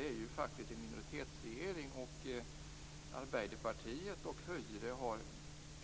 Det är faktiskt en minoritetsregering, och Arbeiderpartiet och Høyre